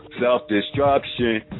Self-destruction